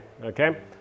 Okay